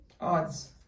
Odds